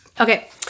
Okay